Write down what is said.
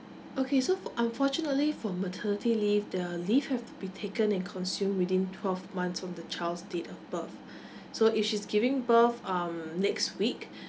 okay so unfortunately for maternity leave the leave have to be taken and consumed within twelve months from the child's date of birth so if she's giving birth um next week